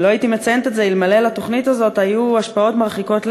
ולא הייתי מציינת את זה אלמלא היו לתוכנית הזאת השפעות מרחיקות לכת,